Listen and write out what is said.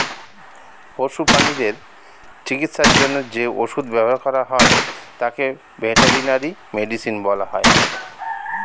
পশু প্রানীদের চিকিৎসার জন্য যে ওষুধ ব্যবহার করা হয় তাকে ভেটেরিনারি মেডিসিন বলা হয়